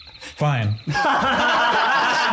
Fine